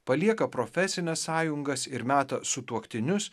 palieka profesines sąjungas ir meta sutuoktinius